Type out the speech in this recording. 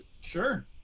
Sure